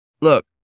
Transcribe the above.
Look